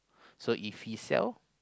so if he sell